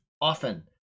often